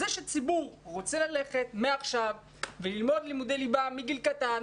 זה שציבור רוצה ללכת מעכשיו וללמוד לימודי ליבה מגיל צעיר,